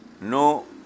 no